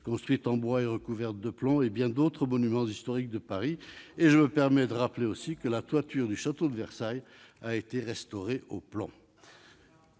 construite en bois et recouverte de plomb, et de bien d'autres monuments historiques de Paris. Et le Sénat ? Je me permets, enfin, de rappeler que la toiture du château de Versailles a été restaurée au plomb.